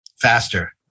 Faster